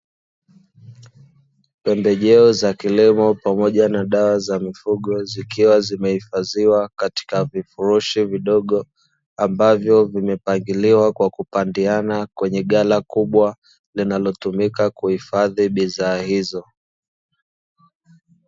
Pembejeo za kilimo pamoja na dawa za mifugo zikiwa zimehifadhiwa katika vifurushi vidogo, ambavyo vimepangiliwa kwa kupandiana kwenye ghala kubwa linalotumika kuhifadhi bidhaa hizo.